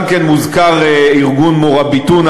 גם כן מוזכר ארגון "מוראביטון",